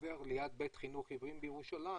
עובר ליד בית חינוך עיוורים בירושלים,